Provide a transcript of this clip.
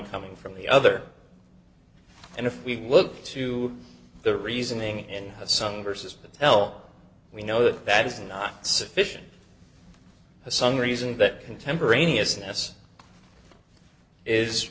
coming from the other and if we look to the reasoning and some verses to tell we know that that is not sufficient for some reason but contemporaneous and this is